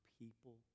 people